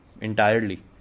entirely